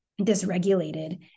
dysregulated